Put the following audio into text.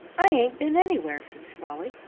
i ain't been anywhere, said sprawley.